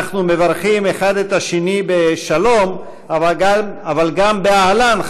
אנחנו מברכים אחד את השני בשלום אבל גם באהלן,